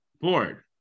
board